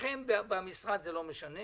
לכן למשרד זה לא משנה.